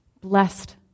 blessed